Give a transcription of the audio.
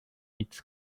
its